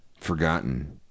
forgotten